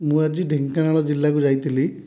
ମୁଁ ଆଜି ଢେଙ୍କାନାଳ ଜିଲ୍ଲାକୁ ଯାଇଥିଲି